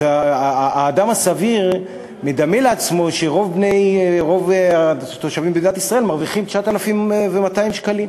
האדם הסביר מדמה לעצמו שרוב התושבים במדינת ישראל מרוויחים 9,200 שקלים.